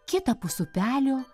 kitapus upelio